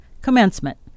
commencement